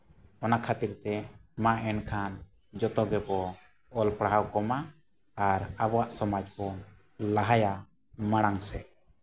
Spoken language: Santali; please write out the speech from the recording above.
ᱚᱱᱟ ᱠᱷᱟᱹᱛᱤᱨ ᱛᱮ ᱢᱟ ᱮᱱᱠᱷᱟᱱ ᱡᱚᱛᱚ ᱜᱮᱵᱚ ᱚᱞ ᱯᱟᱲᱦᱟᱣ ᱠᱚᱢᱟ ᱟᱨ ᱟᱵᱚᱣᱟᱜ ᱥᱚᱢᱟᱡᱽ ᱵᱚ ᱞᱟᱦᱟᱭᱟ ᱢᱟᱲᱟᱝ ᱥᱮᱫ